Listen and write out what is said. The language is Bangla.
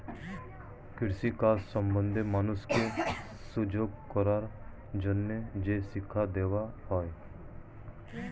কৃষি কাজ সম্বন্ধে মানুষকে সজাগ করার জন্যে যে শিক্ষা দেওয়া হয়